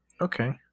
Okay